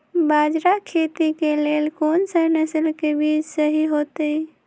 बाजरा खेती के लेल कोन सा नसल के बीज सही होतइ?